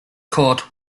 court